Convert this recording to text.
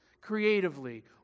creatively